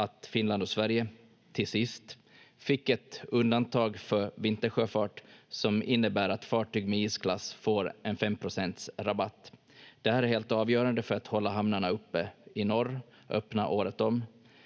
Finland och Sverige till sist fick ett undantag för vintersjöfart som innebär att fartyg med isklass får en 5 procents rabatt. Det här är helt avgörande för att hålla hamnarna uppe i norr öppna året om.